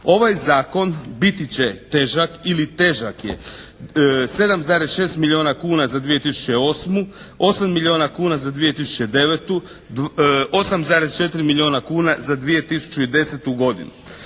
Ovaj Zakon biti će težak ili težak je 7,6 milijuna kuna za 2008., 8 milijuna kuna za 2009., 8,4 milijuna kuna za 2010. godinu.